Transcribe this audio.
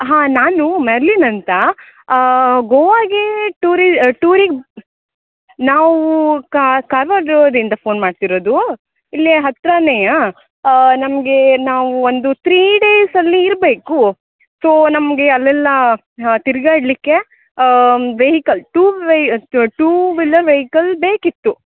ಹಾಂ ನಾನು ಮೆರ್ಲಿನ್ ಅಂತ ಗೋವಾಗೆ ಟೂರಿ ಟೂರಿಗೆ ನಾವೂ ಕಾರ್ವಾರ್ಜೋದಿಂದ ಫೋನ್ ಮಾಡ್ತಿರೋದು ಇಲ್ಲಿ ಹತ್ರನೇ ನಮಗೆ ನಾವು ಒಂದು ತ್ರೀ ಡೇಸಲ್ಲಿ ಇರಬೇಕು ಸೋ ನಮಗೆ ಅಲ್ಲೆಲ್ಲ ತಿರುಗಾಡ್ಲಿಕ್ಕೆ ವೆಹಿಕಲ್ ಟು ವೇ ಯತ್ ಟೂ ವಿಲ್ಲರ್ ವೆಹಿಕಲ್ ಬೇಕಿತ್ತು